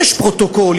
יש פרוטוקול,